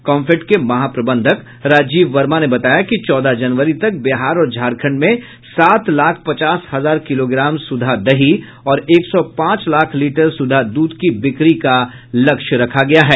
कॉम्फेड के महाप्रबंधक राजीव वर्मा ने बताया कि चौदह जनवरी तक बिहार और झारखण्ड में सात लाख पचास हजार किलोग्राम सुधा दही और एक सौ पांच लाख लीटर सुधा दूध की बिक्री का लक्ष्य रखा गया है